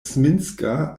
zminska